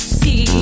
see